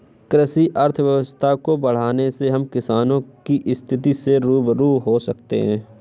कृषि अर्थशास्त्र को पढ़ने से हम किसानों की स्थिति से रूबरू हो सकते हैं